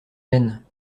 gènes